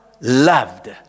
loved